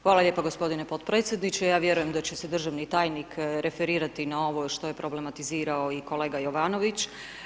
hvala lijepa g. potpredsjedniče, ja vjerujem da će se državni tajnik referirati na ovo što je problematizirao i kolega Jovanović.